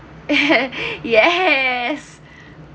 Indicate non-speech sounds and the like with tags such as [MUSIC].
[LAUGHS] yes